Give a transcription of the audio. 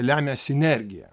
lemia sinergija